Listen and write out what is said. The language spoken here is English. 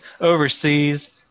Overseas